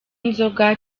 inzoga